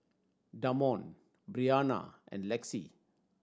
Damond Bryana and Lexi